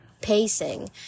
pacing